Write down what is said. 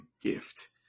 gift